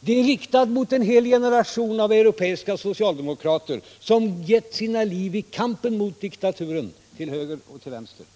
Det är riktat mot en hel generation av europeiska socialdemokrater, som gett sina liv i kampen mot diktaturen till höger och till vänster.